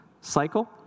cycle